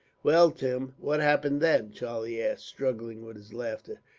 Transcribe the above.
well, tim, what happened then? charlie asked, struggling with his laughter.